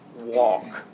Walk